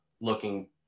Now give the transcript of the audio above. looking